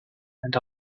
and